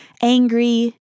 angry